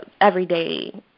everyday